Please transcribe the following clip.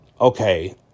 Okay